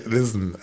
Listen